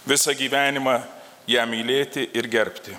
visą gyvenimą ją mylėti ir gerbti